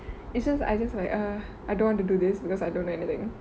it just I just like err I don't want to do this because I don't know anything